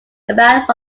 about